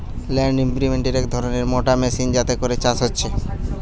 land ইমপ্রিন্টের এক ধরণের মোটর মেশিন যাতে করে চাষ হচ্ছে